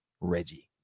Reggie